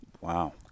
Wow